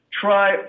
try